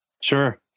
Sure